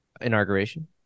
Inauguration